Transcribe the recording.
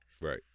right